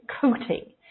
coating